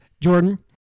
Jordan